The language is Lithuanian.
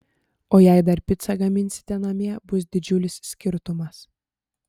o jei dar picą gaminsite namie bus didžiulis skirtumas